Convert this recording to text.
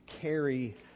carry